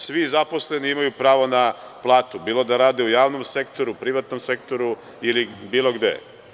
Svi zaposleni imaju pravo na platu, bilo da rade u javnom sektoru, privatnom sektoru ili bilo gde.